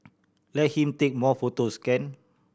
let him take more photos can